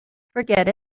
forget